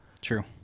True